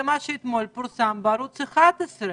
זה מה שפורסם אתמול בערוץ 11,